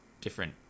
different